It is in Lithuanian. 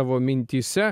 tavo mintyse